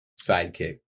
Sidekick